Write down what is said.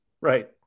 Right